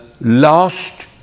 last